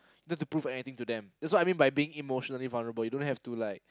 just to prove anything to them that's what I mean by being emotionally vulnerable you don't have to like